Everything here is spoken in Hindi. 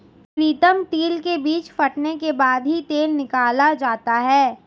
प्रीतम तिल के बीज फटने के बाद ही तेल निकाला जाता है